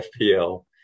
FPL